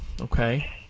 Okay